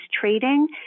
Trading